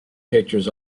pictures